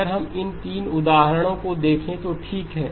अगर हम अब इन 3 उदाहरणों को देखें तो ठीक है